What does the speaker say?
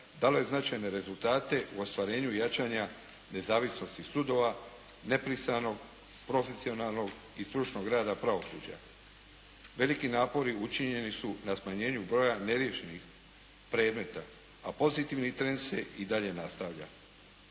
dalo je značajne rezultate u ostvarenju jačanja nezavisnosti sudova, nepristranog, profesionalnog i stručnog rada pravosuđa. Veliki napori učinjeni su na smanjenju broja neriješenih predmeta a pozitivni trend se i dalje nastavlja.